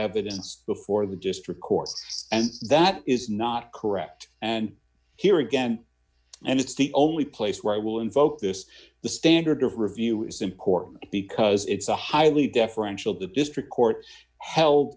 evidence before the district courts and that is not correct and here again and it's the only place where i will invoke this the standard of review is important because it's a highly deferential to district court h